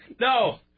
No